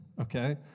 Okay